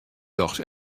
dochs